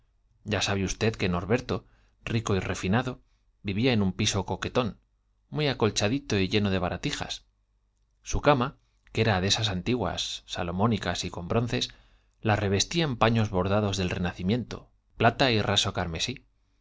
ya sabe usted que norberto rico y refinado vivía en un piso coquetón muy acolchadito y lleno de baratijas sú cama que de era esas antiguas salomónicas y con bronces la revestían paños bordados del renacimiento plata y carmesí